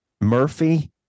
Murphy